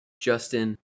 Justin